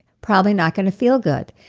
probably not going to feel good.